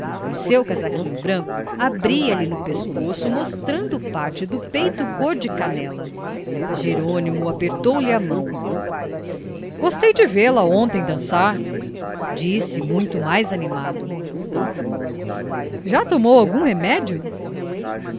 o seu casaquinho branco abria-lhe no pescoço mostrando parte do peito cor de canela jerônimo apertou-lhe a mão gostei de vê-la ontem dançar disse muito mais animado já tomou algum remédio